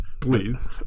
Please